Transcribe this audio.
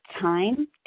time